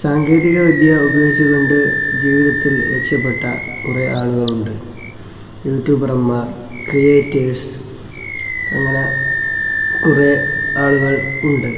സാങ്കേതിക വിദ്യ ഉപയോഗിച്ചുകൊണ്ട് ജീവിതത്തിൽ രക്ഷപ്പെട്ട കുറേ ആളുകളുണ്ട് യൂട്യൂബറന്മാർ ക്രീയേറ്റേഴ്സ് അങ്ങനെ കുറേ ആളുകൾ ഉണ്ട്